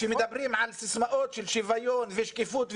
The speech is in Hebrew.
כשמדברים על סיסמאות של שוויון ושקיפות,